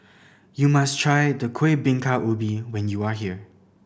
you must try the Kuih Bingka Ubi when you are here